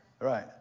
Right